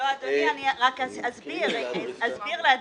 אני רק אסביר לאדוני.